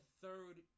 third